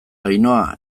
ainhoa